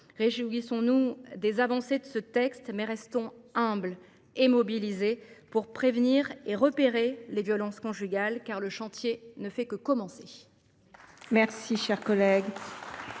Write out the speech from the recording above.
Réjouissons nous des avancées que permet ce texte, mais restons humbles et mobilisés pour prévenir et repérer les violences conjugales, car le chantier ne fait que commencer.